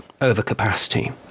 overcapacity